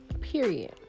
Period